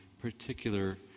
particular